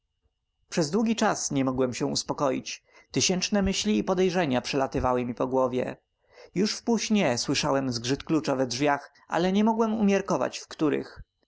przez długi czas nie mogłem się uspokoić tysiączne myśli i podejrzenia przelatywały mi po głowie już w pół-śnie usłyszałem zgrzyt klucza we drzwiach ale nie mogłem umiarkować w których